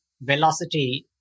velocity